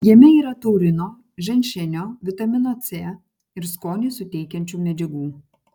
jame yra taurino ženšenio vitamino c ir skonį suteikiančių medžiagų